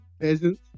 peasants